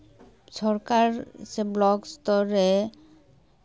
ᱥᱚᱨᱠᱟᱨ ᱥᱮ ᱵᱞᱚᱠ ᱥᱛᱚᱨ ᱨᱮ